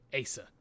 Asa